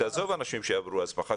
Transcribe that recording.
עזוב אנשים שעברו הסמכה.